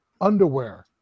underwear